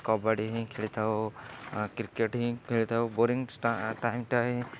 କବାଡ଼ି ହିଁ ଖେଳିଥାଉ କ୍ରିକେଟ୍ ହିଁ ଖେଳିଥାଉ ବୋରିଂ ସ ଟା ଟାଇମ୍ଟା ହିଁ